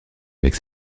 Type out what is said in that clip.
avec